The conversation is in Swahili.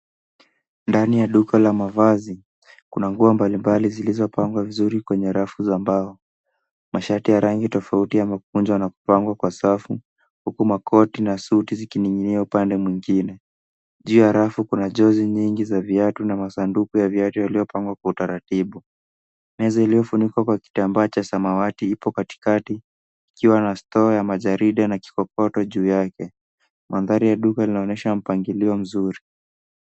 Ndani ya duka la mavazi kuna nguo mbalimbali zilizopangwa vizuri kwenye rafu ya mbao. Mashati ya rangi tofauti yamekunjwa na kupangwa kwa safu, huku makoti na suti zikining'inia upande mwingine. Juu ya rafu kuna jozi nyingi za viatu na masanduku ya viatu yaliyopangwa kwa utaratibu. Meza iliyofunikwa kwa kitambaa cha samawati ipo katikati ikiwa na stoo ya majarida na kikokoto juu yake. Mandhari ya duka inaonyesha mpangilio mzuri.